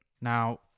Now